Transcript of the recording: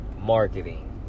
marketing